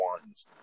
ones